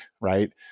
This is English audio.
Right